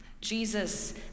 Jesus